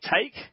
take